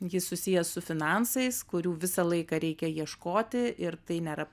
jis susijęs su finansais kurių visą laiką reikia ieškoti ir tai nėra